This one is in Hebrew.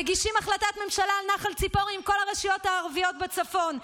מגישים החלטת ממשלה על נחל ציפורי עם כל הרשויות הערביות בצפון.